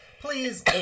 Please